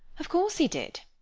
of course he did.